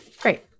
great